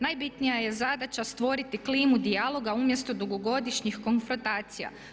Najbitnija je zadaća stvoriti klimu dijaloga umjesto dugogodišnjih konfrontacija.